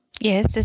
Yes